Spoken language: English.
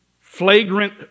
flagrant